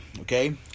okay